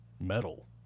metal